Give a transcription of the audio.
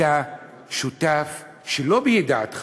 אתה שותף שלא בידיעתך.